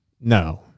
No